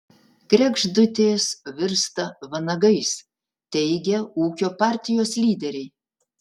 kregždutės virsta vanagais teigia ūkio partijos lyderiai